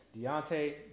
Deontay